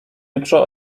jutro